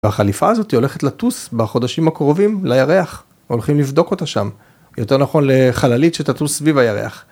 והחליפה הזאת הולכת לטוס בחודשים הקרובים לירח, הולכים לבדוק אותה שם. יותר נכון לחללית שתטוס סביב הירח.